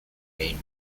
name